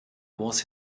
was